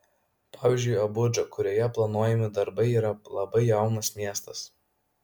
pavyzdžiui abudža kurioje planuojami darbai yra labai jaunas miestas